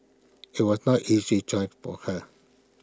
IT was not easy choice for her